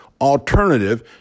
alternative